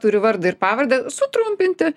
turi vardą ir pavardę sutrumpinti